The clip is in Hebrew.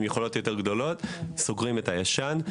עם יכולות יותר גדולות וסוגרים את הישן.